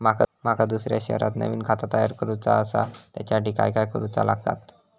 माका दुसऱ्या शहरात नवीन खाता तयार करूचा असा त्याच्यासाठी काय काय करू चा लागात?